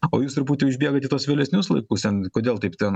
o jūs truputį užbėgot į tuos vėlesnius laikus ten kodėl taip ten